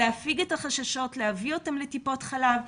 להפיג את החששות ולהביא אותן לטיפת החלב,